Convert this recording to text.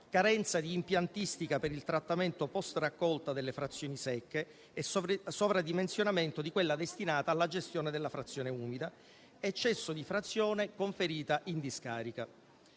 carenza di impiantistica per il trattamento *post* raccolta delle frazioni secche e sovradimensionamento di quella destinata alla gestione della frazione umida, eccesso di frazione conferita in discarica.